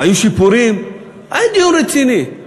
היו שיפורים, היה דיון רציני.